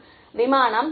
மாணவர் விமானம்